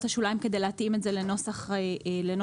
השוליים כדי להתאים את זה לנוסח ההצעה,